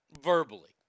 Verbally